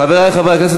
חברי חברי הכנסת,